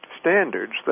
standards